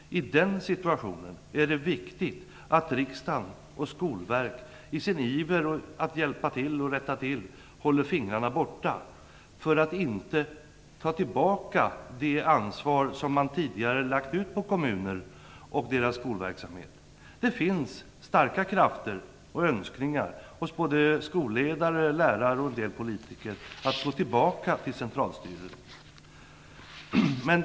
I den situationen är det viktigt att riksdagen och Skolverket i sin iver att hjälpa till och rätta till håller fingrarna borta för att inte ta tillbaka det ansvar som man tidigare har lagt ut på kommuner och deras skolverksamhet. Det finns starka krafter och önskningar hos både skolledare, lärare och en del politiker att gå tillbaka till centralstyrning. Herr talman!